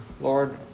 Lord